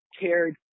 cared